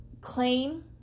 claim